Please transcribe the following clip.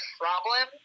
problem